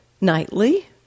nightly